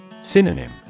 Synonym